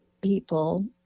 people